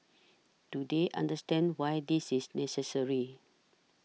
do they understand why this is necessary